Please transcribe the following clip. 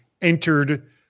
entered